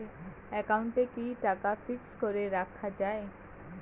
একাউন্টে কি টাকা ফিক্সড করে রাখা যায়?